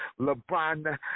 LeBron